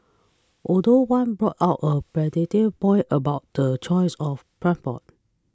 although one brought out a pertinent point about the choice of transport